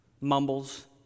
mumbles